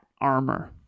armor